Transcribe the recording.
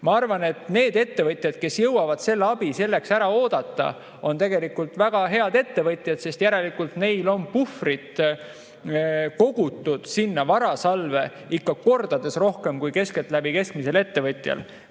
Ma arvan, et need ettevõtjad, kes jõuavad selle abi selleks ajaks ära oodata, on tegelikult väga head ettevõtjad. Järelikult neil on puhvrit varasalve kogutud ikka kordades rohkem kui keskeltläbi keskmisel ettevõtjal.